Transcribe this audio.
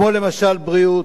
כמו למשל בריאות,